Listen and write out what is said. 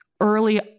early